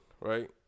Right